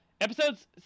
Episodes